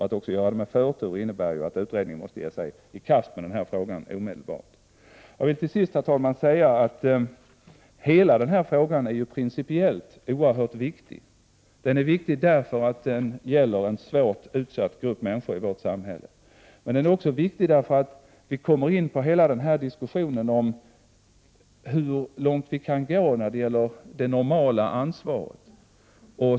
Att detta görs med förtur innebär också att utredningen måste ge sig i kast med frågan omedelbart. Hela den här frågan är principiellt oerhört viktig. Det handlar ju om en svårt utsatt grupp i vårt samhälle. Men frågan är också viktig, eftersom vi kommer in på diskussionen om hur långt vi kan gå när det gäller det normala ansvaret.